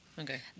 Okay